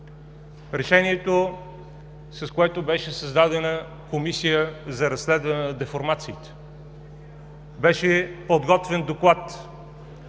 Решението, с което беше създадена Комисия за разследване на деформациите, беше подготвен доклад